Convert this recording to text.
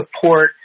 support